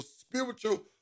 spiritual